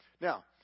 Now